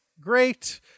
great